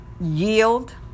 yield